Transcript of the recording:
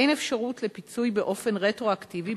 אין אפשרות לפיצוי באופן רטרואקטיבי,